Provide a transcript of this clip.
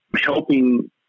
helping